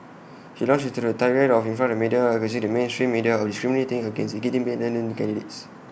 he launched into A tirade in front of the media accusing the mainstream media of discriminating against independent candidates